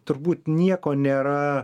turbūt nieko nėra